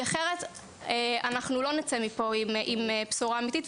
כי אחרת לא נצא מפה עם בשורה אמיתית.